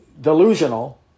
delusional